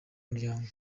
muryango